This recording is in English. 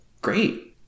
great